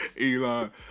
Elon